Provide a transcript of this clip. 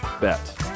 bet